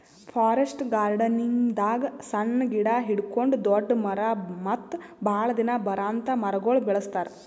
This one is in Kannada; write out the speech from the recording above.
ಫಾರೆಸ್ಟ್ ಗಾರ್ಡನಿಂಗ್ದಾಗ್ ಸಣ್ಣ್ ಗಿಡ ಹಿಡ್ಕೊಂಡ್ ದೊಡ್ಡ್ ಮರ ಮತ್ತ್ ಭಾಳ್ ದಿನ ಬರಾಂತ್ ಮರಗೊಳ್ ಬೆಳಸ್ತಾರ್